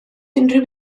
unrhyw